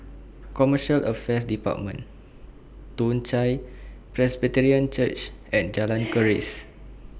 Commercial Affairs department Toong Chai Presbyterian Church and Jalan Keris